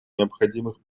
необходимых